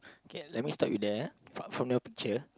K let me start with the from from the picture